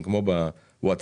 לכן,